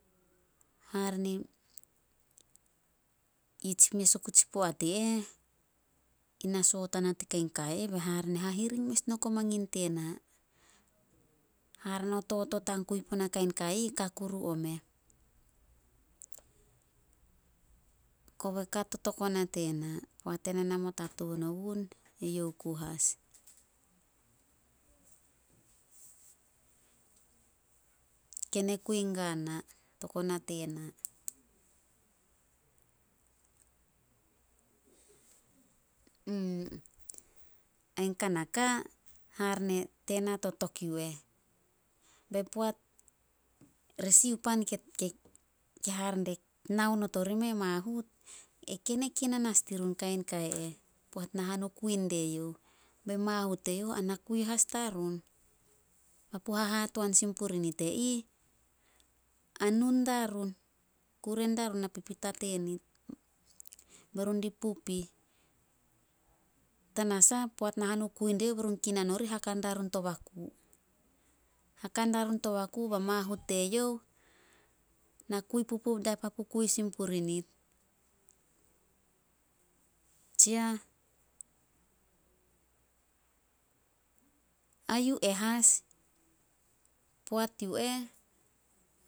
Hare ni tsi mes oku tsi poat i eh, ina soot ana tin kain kai eh be hare ne hahiring mes no mangin tena. Hare no totot an kui puna kain kai ih ka kuru omeh. Koba ka totok ona tena. Poat ena namot hatuan ogun, eyouh ku as. Ken e kui gana, togo nate na. Ain kanaka, hare ne tena totok yu eh. Be poat, re sio pan ke nao not orimeh mahut, e ken e kinan as dirun kain kai eh. Poat nahanu kui deyouh, be mahut teyouh ana kui as diarun. Papu hahatoan sin purinit e ih, a nun darun, kure diarun na pipita tenit. Be run di pup ih. Tanasah poat nahanu kui dieyouh be run kinan dieyouh, haka darun to baku. Haka darun to baku ba mahut teyouh, na kui pupup dia papu kui sin puri nit. Tseah. A yu eh as, poat yu eh,